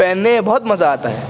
پہننے میں بہت مزہ آتا ہے